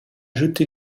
jeté